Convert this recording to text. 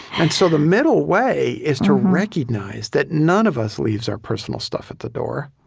and so the middle way is to recognize that none of us leaves our personal stuff at the door,